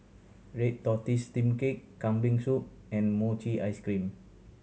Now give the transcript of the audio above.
red tortoise steamed cake Kambing Soup and mochi ice cream